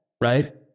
right